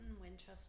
Winchester